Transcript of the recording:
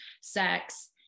sex